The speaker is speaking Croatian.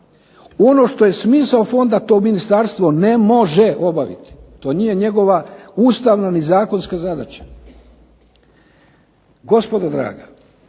Ono što je smisao fonda to ministarstvo ne može obaviti, to nije njegova ustavna ni zakonska zadaća. Gospodo draga,